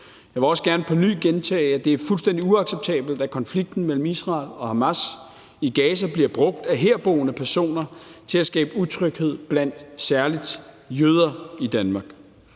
Jeg vil også gerne på ny gentage, at det er fuldstændig uacceptabelt, at konflikten mellem Israel og Hamas i Gaza bliver brugt af herboende personer til at skabe utryghed blandt særlig jøder i Danmark.